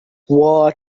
war